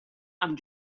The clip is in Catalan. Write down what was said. amb